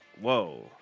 whoa